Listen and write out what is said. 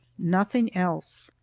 nothing else.